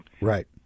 Right